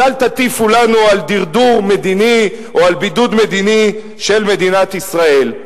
אז אל תטיפו לנו על דרדור מדיני או על בידוד מדיני של מדינת ישראל.